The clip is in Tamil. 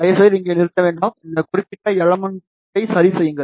தயவுசெய்து இங்கே நிறுத்த வேண்டாம் இந்த குறிப்பிட்ட எலமென்டை சரி செய்யுங்கள்